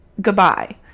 goodbye